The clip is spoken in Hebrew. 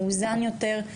מאוזן יותר,